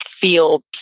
feel